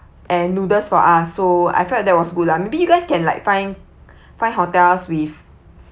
and noodles for us so I felt that was good lah maybe you guys can like find find hotels with